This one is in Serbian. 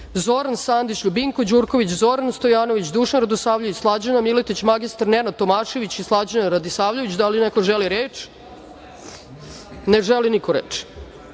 Zoran Sandić, Ljubinko Đurković, Zoran Stojanović, Dušan Radosavljević, Slađana Miletić, mr Nenad Tomašević i Slađana Radisavljević. Da li neko želi reč? (Ne.)Na član 5.